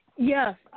Yes